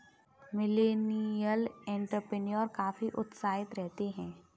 millennial entrepreneur काफी उत्साहित रहते हैं